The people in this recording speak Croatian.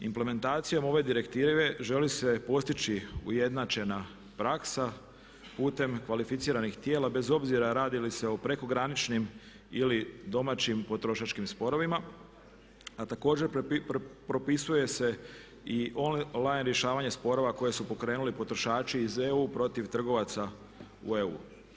Implementacijom ove direktive želi se postići ujednačena praksa putem kvalificiranih tijela bez obzira radi li se o prekograničnim ili domaćim potrošačkim sporovima, a također propisuje se i online rješavanje sporova koje su pokrenuli potrošači iz EU protiv trgovaca u EU.